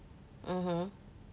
mmhmm